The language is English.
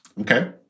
okay